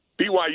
BYU